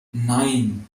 nein